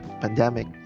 pandemic